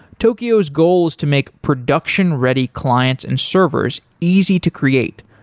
tokio's goal is to make production ready clients and servers easy to create,